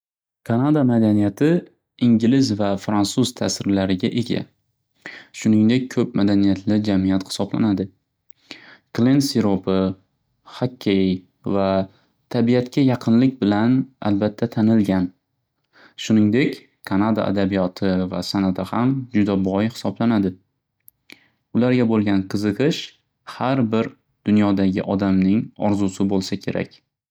Kanada madaniyati ingliz va franuz ta'sirlariga ega. Shuningdek, ko'p madaniyatli jamiyat hisoblanadi. Klen siropi, hokkey va tabiyatga yaqinlik bilan albatda tanilgan. Shuningdek, Kanada adabiyoti va san'ati ham juda boy hisoblanadi. Ularga bo'lgan qiziqish har bir dunyodagi odamning orzusi bo'lsa kerak.